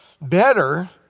better